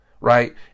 right